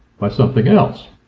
by something else.